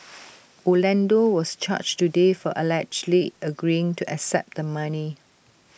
Orlando was charged today for allegedly agreeing to accept the money